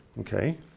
Okay